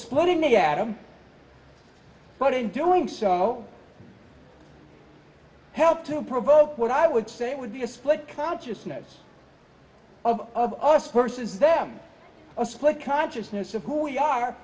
splitting the atom but in doing so no help to provoke what i would say would be a split consciousness of of us versus them a split consciousness of who we are